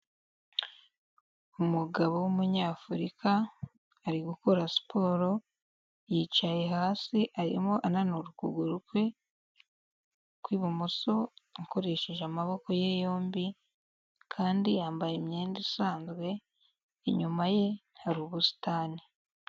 Umugabo w'umunyafurika ari gukora siporo, yicaye hasi arimo ananura ukuguru kwe kw'ibumoso, akoresheje amaboko ye yombi kandi yambaye imyenda isanzwe, inyuma ye hari ubusitani.